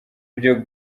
byo